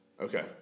Okay